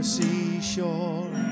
seashore